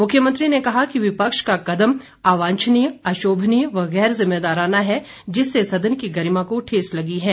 मुख्यमंत्री ने कहा कि विपक्ष का कदम अवांछनीय अशोभनीय व गैर जिम्मेदाराना है जिससे सदन की गरिमा को ठेस लगी है